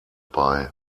bei